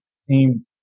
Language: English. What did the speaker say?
seemed